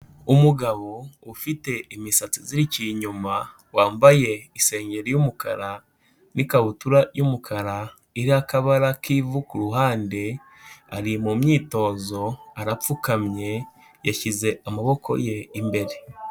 Umugabo ufite imisatsi izirikiye inyuma, wambaye isengeri y'umukara n'ikabutura y'umukara iriho akabara k'ivu ku ruhande, ari mu myitozo, arapfukamye, yashyize amaboko ye imbere.